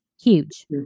huge